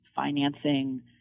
financing